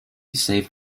saved